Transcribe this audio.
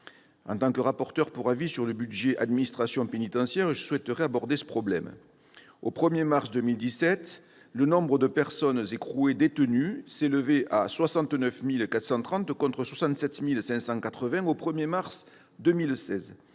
En tant que rapporteur pour avis sur les crédits du programme « Administration pénitentiaire », je souhaite aborder ce problème. Au 1 mars 2017, le nombre de personnes écrouées détenues s'élevait à 69 430 contre 67 580 au 1 mars 2016,